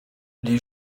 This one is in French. les